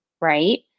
right